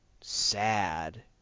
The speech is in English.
sad